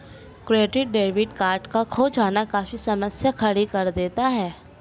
credit debit card का खो जाना काफी समस्या खड़ी कर देता है